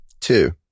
Two